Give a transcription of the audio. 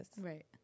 right